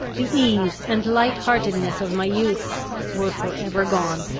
the ease and light-heartedness of my youth were for ever gone.